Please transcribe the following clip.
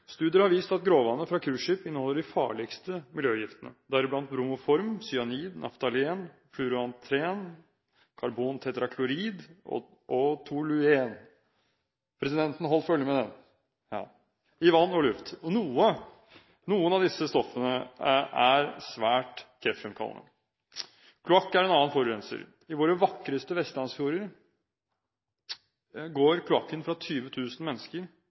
Studier har vist at gråvannet fra cruiseskip inneholder de farligste miljøgiftene, deriblant bromoform, cyanid, naftalen, fluorantren, karbontetraklorid og toluen – presidenten holdt følge med det? – i vann og luft. Noen av disse stoffene er svært kreftfremkallende. Kloakk er en annen forurenser. I våre vakreste vestlandsfjorder går kloakken fra 20 000 mennesker,